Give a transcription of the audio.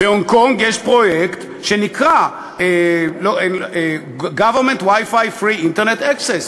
בהונג-קונג יש פרויקט שנקרא Government WiFi free internet access.